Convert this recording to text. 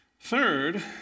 Third